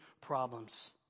problems